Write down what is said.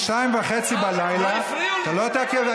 ב-02:30 אתה לא תעכב.